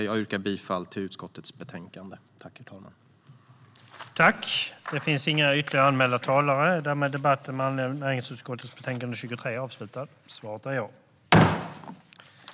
Jag yrkar bifall till utskottets förslag.